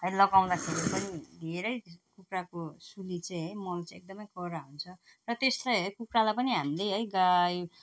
है लगाउँदाखेरि पनि धेरै कुखुराको सुली चाहिँ है मल चाहिँ एकदम कडा हुन्छ र त्यसलाई है कुखुरालाई पनि हामीले है गाई